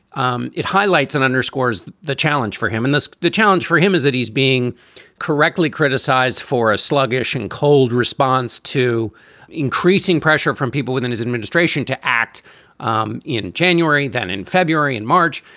um it highlights and underscores the challenge for him, and that's the challenge for him, is that he's being correctly criticized for a sluggish and cold response to increasing pressure from people within his administration to act um in january than in february and march.